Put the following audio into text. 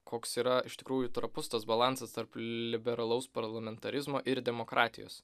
koks yra iš tikrųjų trapus tas balansas tarp liberalaus parlamentarizmo ir demokratijos